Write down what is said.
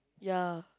ya